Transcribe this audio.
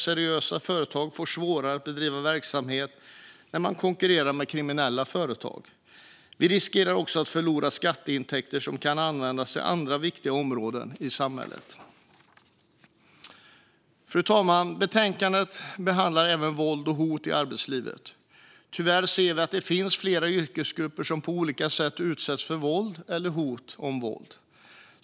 Seriösa företag får svårare att bedriva verksamhet när de konkurrerar med kriminella företag. Vi riskerar också att förlora skatteintäkter som kan användas till andra viktiga områden i samhället. Fru talman! Betänkandet behandlar även våld och hot i arbetslivet. Tyvärr ser vi att det finns flera yrkesgrupper som på olika sätt utsätts för våld eller hot om våld.